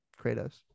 Kratos